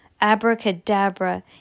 Abracadabra